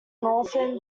northern